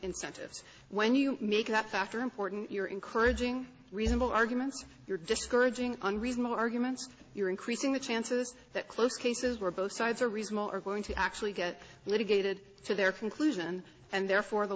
incentives when you make that factor important you're encouraging reasonable arguments you're discouraging unreasonable arguments you're increasing the chances that close cases where both sides are reasonable are going to actually get let it go added to their conclusion and therefore the